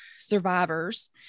survivors